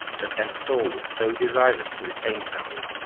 but then saul was so desirous to retain samuel,